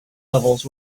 levels